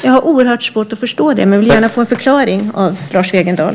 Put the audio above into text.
Jag har oerhört svårt att förstå det men vill gärna få en förklaring av Lars Wegendal.